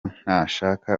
ntashaka